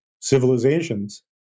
civilizations